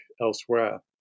elsewhere